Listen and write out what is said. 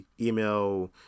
email